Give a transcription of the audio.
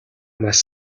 маш